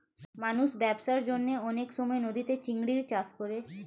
মানুষ ব্যবসার জন্যে অনেক সময় নদীতে চিংড়ির চাষ করে